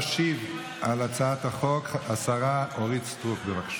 תשיב על הצעת החוק השרה אורית סטרוק, בבקשה.